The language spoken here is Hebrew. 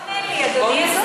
אתה לא עונה לי, אדוני השר.